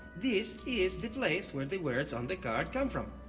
this is the place where the words on the card come from.